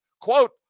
Quote